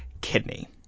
Kidney